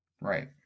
Right